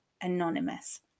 anonymous